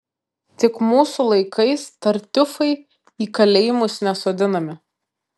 tik mūsų laikais tartiufai į kalėjimus nesodinami